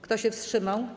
Kto się wstrzymał?